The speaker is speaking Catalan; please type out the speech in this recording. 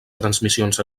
transmissions